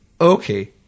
okay